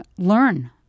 learn